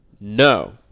No